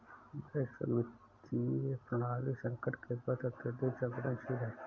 वैश्विक वित्तीय प्रणाली संकट के प्रति अत्यधिक संवेदनशील है